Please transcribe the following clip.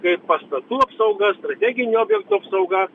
kaip pastatų apsauga strateginių objektų apsauga